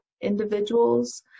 individuals